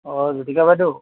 অঁ জ্যোতিকা বাইদেউ